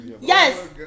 Yes